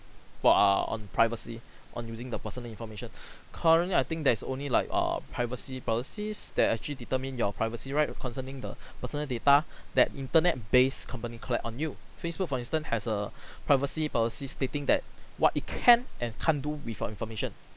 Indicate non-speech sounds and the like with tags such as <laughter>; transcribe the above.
what are on privacy <breath> on using the personal information <breath> currently I think there's only like err privacy policies that actually determine your privacy right with concerning the <breath> personal data <breath> that internet-based company collect on you facebook for instance has a <breath> privacy policy stating that what it can and can't do with our information